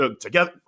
together